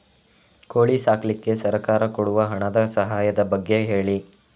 ಕೋಳಿ ಸಾಕ್ಲಿಕ್ಕೆ ಸರ್ಕಾರ ಕೊಡುವ ಹಣದ ಸಹಾಯದ ಬಗ್ಗೆ ಹೇಳಿ